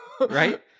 Right